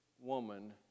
woman